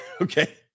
Okay